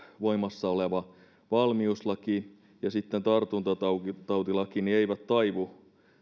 voimassa oleva valmiuslaki ja tartuntatautilaki eivät taivu